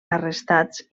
arrestats